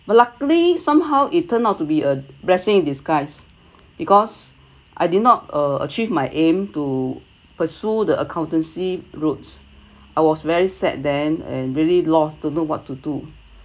but luckily somehow it turned out to be a blessing in disguise because I did not a~ achieve my aim to pursue the accountancy roads I was very sad then and really lost don’t know what to do